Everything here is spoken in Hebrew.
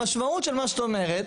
המשמעות של מה שאת אומרת,